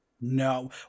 No